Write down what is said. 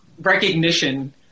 recognition